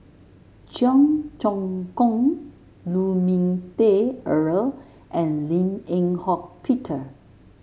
Cheong Choong Kong Lu Ming Teh Earl and Lim Eng Hock Peter